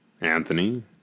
Anthony